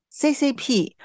CCP